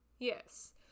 yes